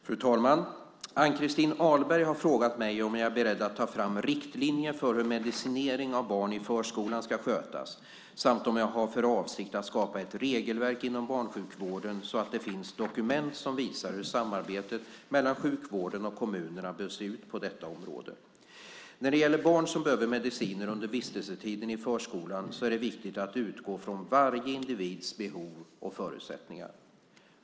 Fru talman! Ann-Christin Ahlberg har frågat mig om jag är beredd att ta fram riktlinjer för hur medicinering av barn i förskolan ska skötas samt om jag har för avsikt att skapa ett regelverk inom barnsjukvården så att det finns dokument som visar hur samarbetet mellan sjukvården och kommunerna bör se ut på detta område. När det gäller barn som behöver mediciner under vistelsetiden i förskolan är det viktigt att utgå från varje individs behov och förutsättningar.